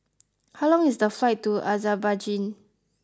how long is the flight to Azerbaijan